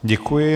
Děkuji.